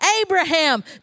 Abraham